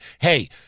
hey